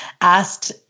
asked